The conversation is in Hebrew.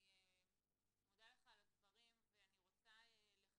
אני מודה לך על הדברים, ואני רוצה לחדד.